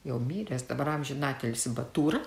jau miręs dabar amžinatilsį batūra